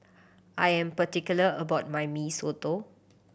I am particular about my Mee Soto